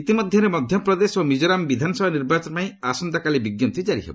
ଇତିମଧ୍ୟରେ ମଧ୍ୟପ୍ରଦେଶ ଓ ମିଜୋରାମ୍ ବିଧାନସଭା ନିର୍ବାଚନ ପାଇଁ ଆସନ୍ତାକାଲି ବିଜ୍ଞପ୍ତି କାରି ହେବ